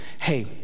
hey